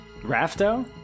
Rafto